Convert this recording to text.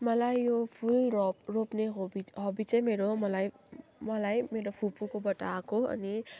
मलाई यो फुल रोप रोप्ने हबी हबी चाहिँ मेरो मलाई मलाई मेरो फुपूकोबाट आएको अनि